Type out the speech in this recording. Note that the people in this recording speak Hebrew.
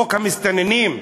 חוק המסתננים?